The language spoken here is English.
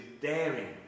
daring